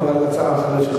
יש לנו הצעה אחרת,